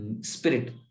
spirit